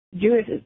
Jewish